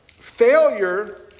failure